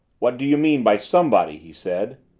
what do you mean by somebody? he said.